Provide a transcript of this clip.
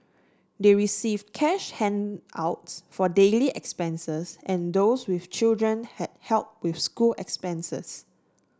they received cash handouts for daily expenses and those with children had help with school expenses